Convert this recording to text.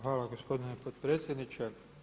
Hvala gospodine potpredsjedniče.